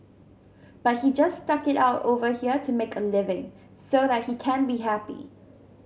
but he just stuck it out over here to make a living so that he can be happy